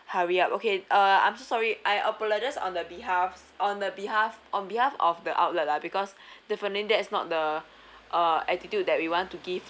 hurry up okay uh I'm so sorry I apologise on the behalf on the behalf on behalf of the outlet lah because definitely that is not the uh attitude that we want to give